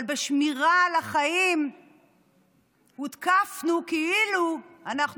אבל בשמירה על החיים הותקפנו כאילו אנחנו